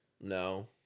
No